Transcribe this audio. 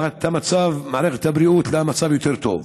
את המצב של מערכת הבריאות למצב יותר טוב.